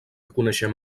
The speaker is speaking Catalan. coneixem